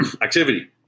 activity